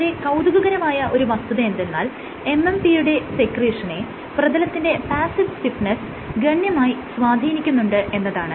വളരെ കൌതുകകരമായ ഒരു വസ്തുത എന്തെന്നാൽ MMP യുടെ സെക്രീഷനെ പ്രതലത്തിന്റെ പാസ്സീവ് സ്റ്റിഫ്നെസ്സ് ഗണ്യമായി സ്വാധീനിക്കുന്നുണ്ട് എന്നതാണ്